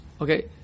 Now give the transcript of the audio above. okay